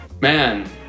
Man